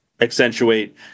accentuate